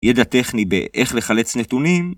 ידע טכני באיך לחלץ נתונים